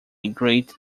great